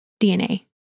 DNA